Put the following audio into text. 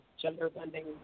gender-bending